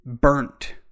burnt